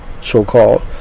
so-called